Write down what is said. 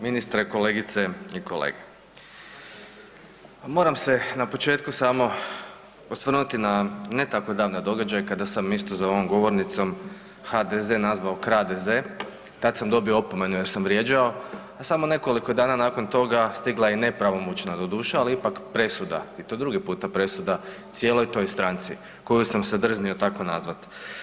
Ministre, kolegice i kolege, moram se na početku samo osvrnuti na ne tako davan događaj kada sam isto za ovom govornicom HDZ nazvao kradeze, tad sam dobio opomenu jer vrijeđao, a samo nekoliko dana nakon toga stigla je i nepravomoćna doduše, ali ipak presuda i to drugi puta presuda cijeloj toj stranci koju sam se drznio tako nazvati.